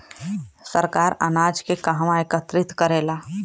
सरकार अनाज के कहवा एकत्रित करेला?